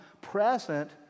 present